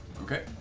Okay